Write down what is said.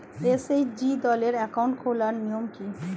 SHG দলের account খোলার নিয়ম কী?